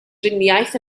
driniaeth